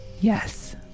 Yes